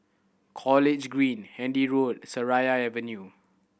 College Green Handy Road Seraya Avenue